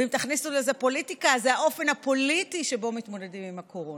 ואם תכניסו לזה פוליטיקה אז זה האופן הפוליטי שבו מתמודדים עם הקורונה.